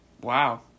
Wow